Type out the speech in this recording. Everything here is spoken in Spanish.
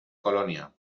colonia